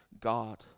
God